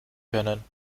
können